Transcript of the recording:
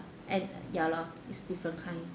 and ya lor it's different kind